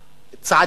צעדים פרקטיים.